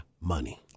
money